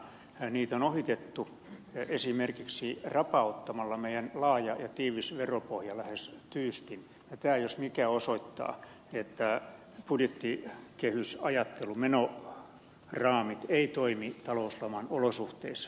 niitä on ohitettu esimerkiksi rapauttamalla meidän laaja ja tiivis veropohjamme lähes tyystin ja tämä jos mikä osoittaa että budjettikehysajattelu menoraamit ei toimi talouslaman olosuhteissa